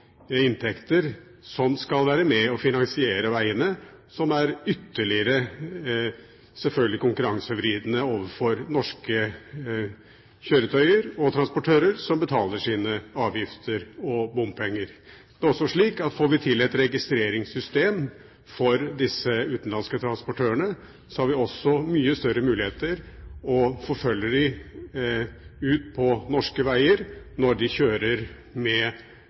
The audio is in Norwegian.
inntekter som skal være med og finansiere veiene, noe som er ytterligere – selvfølgelig – konkurransevridende overfor norske kjøretøy og transportører som betaler sine avgifter og bompenger. Det er også slik at får vi til et registreringssystem for disse utenlandske transportørene, har vi også mye større muligheter til å forfølge dem ute på norske veier når de kjører med